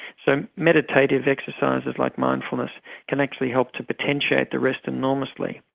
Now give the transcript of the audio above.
so meditative exercises like mindfulness can actually help to potentiate the rest enormously.